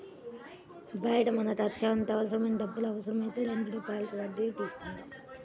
బయట మనకు అత్యవసరంగా డబ్బులు అవసరమైతే రెండు రూపాయల వడ్డీకి తీసుకుంటాం